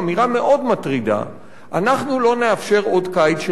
מטרידה: אנחנו לא נאפשר עוד קיץ של מחאה.